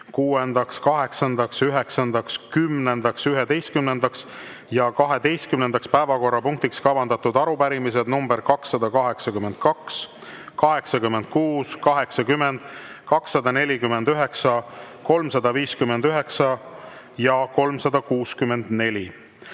kümnendaks, 11. ja 12. päevakorrapunktiks kavandatud arupärimised nr 282, 86, 80, 249, 359 ja 364.